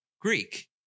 Greek